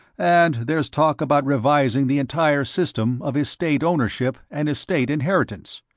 and there's talk about revising the entire system of estate-ownership and estate-inheritance.